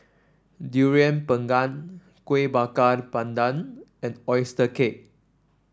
Durian Pengat Kueh Bakar Pandan and oyster cake